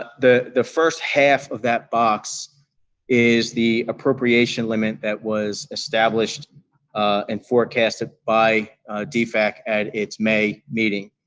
the the first half of that box is the appropriation limit that was established and forecasted by defac at its may meeting.